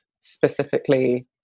specifically